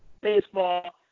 baseball